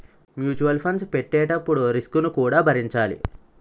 mutual funds పెట్టేటప్పుడు risk ను కూడా భరించాలి